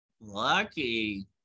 Lucky